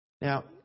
Now